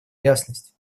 ясность